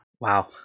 Wow